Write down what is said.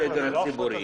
זה לא הפרטה.